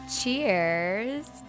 Cheers